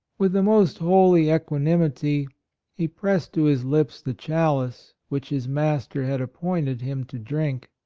with the most holy equanimity he pressed to his lips the chalice which his master had appointed him to drink,